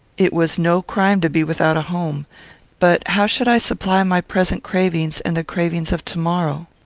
it was no crime to be without a home but how should i supply my present cravings and the cravings of to-morrow?